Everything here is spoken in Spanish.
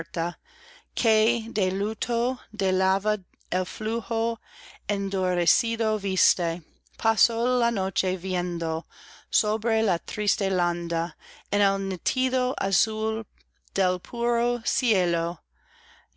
que de luto dt lava el flujo endurecido viste pajo la noche viendo íotre la triste landa en el nítido azul del puro cielo